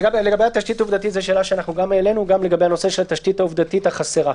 זו גם שאלה שהעלינו, לגבי התשתית העובדתית החסרה.